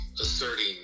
asserting –